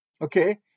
Okay